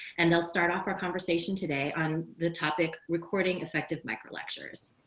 and they'll start off our conversation today on the topic recording effective micro lectures.